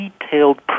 detailed